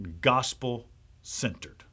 gospel-centered